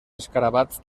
escarabats